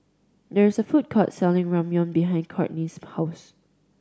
there is a food court selling Ramyeon behind Kortney's house